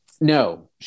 No